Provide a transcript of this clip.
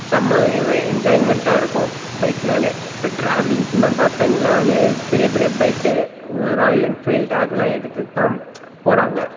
செம ஒரு என்ஜாய்மெண்ட்டாக இருக்கும் பைக்குனாலே இப்போ ட்ராவலிங்குனு பார்த்தீங்கன்னாலே பெரிய பெரிய பைக்கு ராயல் என்ஃபீல்ட் அதல்லாம் எடுத்துட்டுதான் போகிறாங்க